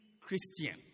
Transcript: Christian